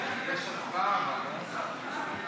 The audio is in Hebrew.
(חבר הכנסת שלמה קרעי יוצא מאולם המליאה.)